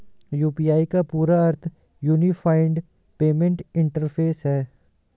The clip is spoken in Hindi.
यू.पी.आई का पूरा अर्थ यूनिफाइड पेमेंट इंटरफ़ेस है